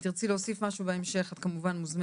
אם תרצי להוסיף משהו בהמשך את מוזמנת.